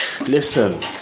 listen